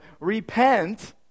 repent